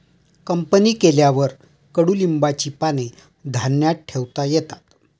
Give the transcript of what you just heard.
company केल्यावर कडुलिंबाची पाने धान्यात ठेवता येतात